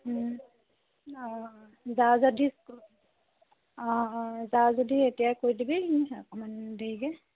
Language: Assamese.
অঁ যাৱ যদি অঁ অঁ যাৱ যদি এতিয়াই কৈ দিবি অকণমান দেৰিকৈ